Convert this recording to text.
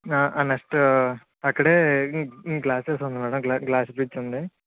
next అక్కడే ఇంకా glasses ఉండి మ్యాడం గ్లాసు బ్రిడ్జ్ ఉంది